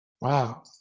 Wow